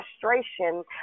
frustration